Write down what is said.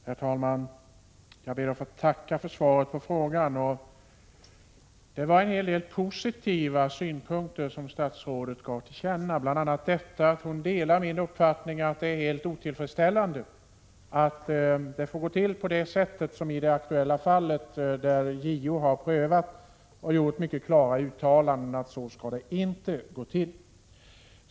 Herr talman! Jag ber att få tacka för svaret på interpellationen. Det var en hel del positiva synpunkter som statsrådet gav till känna, bl.a. att hon delar min uppfattning att det är helt otillfredsställande att det får gå till på det sätt som skedde i det aktuella fallet. JO har prövat fallet och gjort mycket klara uttalanden att det inte skall gå till på det sättet.